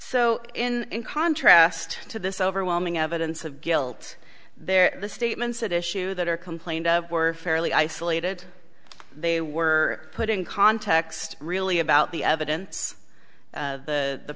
o in contrast to this overwhelming evidence of guilt there the statements at issue that are complained of were fairly isolated they were put in context really about the evidence the